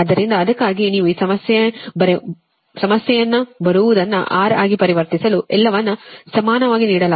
ಆದ್ದರಿಂದ ಅದಕ್ಕಾಗಿಯೇ ನೀವು ಈ ಸಮಸ್ಯೆಯನ್ನು ಬರುವುದನ್ನು R ಆಗಿ ಪರಿವರ್ತಿಸಲು ಎಲ್ಲವನ್ನೂ ಸಮಾನವಾಗಿ ನೀಡಲಾಗುತ್ತದೆ